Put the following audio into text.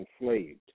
enslaved